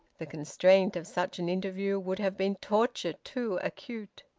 the constraint of such an interview would have been torture too acute.